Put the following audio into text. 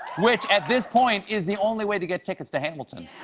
which at this point is the only way to get tickets to hamilton.